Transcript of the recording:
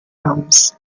homes